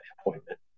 appointment